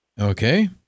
Okay